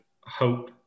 hope